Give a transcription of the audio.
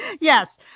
Yes